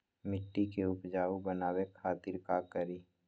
मिट्टी के उपजाऊ बनावे खातिर का करी?